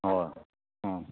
ᱦᱚᱸ ᱦᱚᱸ